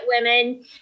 women